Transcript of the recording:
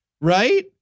right